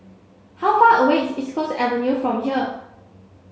how far away is East Coast Avenue from here